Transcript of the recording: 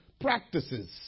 practices